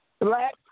black